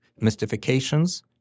mystifications